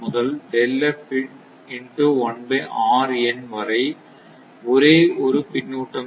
முதல் வரை ஒரே பின்னூட்டம் தான் இருக்கும்